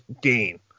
gain